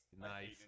Nice